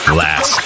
last